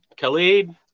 Khalid